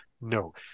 no